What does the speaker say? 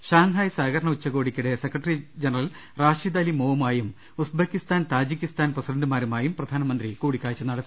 Shanghai സഹകരണ ഉച്ചക്കോടി secretary general Rashid അലി മോവുമായും ഉസ്ബക്കിസ്താൻ താജിക്കിസ്താൻ പ്രസിഡന്റുമാരുമായും പ്രധാനമന്ത്രി കൂടിക്കാഴ്ച നടത്തി